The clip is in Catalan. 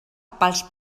pels